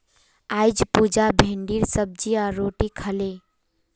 अईज पुजा भिंडीर सब्जी आर रोटी खा ले